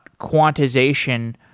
quantization